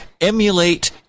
emulate